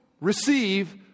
receive